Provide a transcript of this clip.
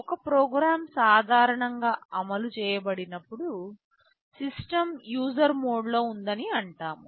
ఒక ప్రోగ్రామ్ సాధారణంగా అమలు చేయబడినప్పుడు సిస్టమ్ యూజర్ మోడ్లో ఉందని అంటాము